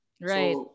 right